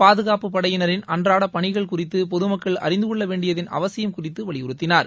பாதுகாப்பு படையினரின் அன்றாட பணிகள் குறித்து பொதுமக்கள் அறிந்து கொள்ள வேண்டியதின் அவசியம் குறித்து வலியுறுத்தினார்